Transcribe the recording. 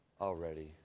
already